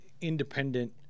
independent